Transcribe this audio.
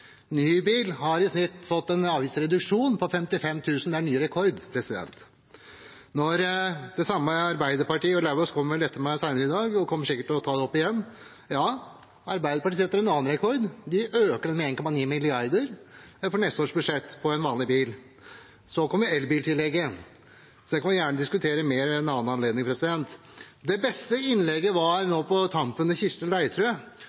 har i snitt fått en avgiftsreduksjon på 55 000 kr. Det er ny rekord. Representanten Lauvås kommer vel etter meg senere i dag og vil sikkert ta det opp igjen, men Arbeiderpartiet setter en annen rekord. De øker det med 1,9 mrd. kr på neste års budsjett for vanlige biler. Så kommer elbiltillegget. Det kan vi gjerne diskutere mer ved en annen anledning. Det beste innlegget var